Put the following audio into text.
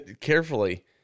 carefully